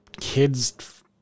kids